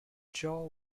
jaw